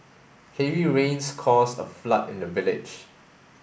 heavy rains caused a flood in the village